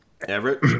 Everett